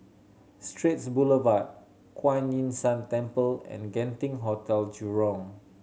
Straits Boulevard Kuan Yin San Temple and Genting Hotel Jurong